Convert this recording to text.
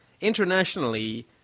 internationally